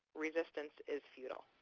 resistance is futile.